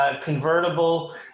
Convertible